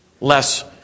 less